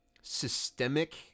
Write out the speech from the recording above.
systemic